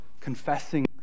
confessing